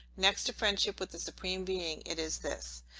next to friendship with the supreme being, it is this.